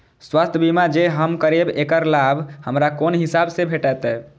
स्वास्थ्य बीमा जे हम करेब ऐकर लाभ हमरा कोन हिसाब से भेटतै?